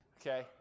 okay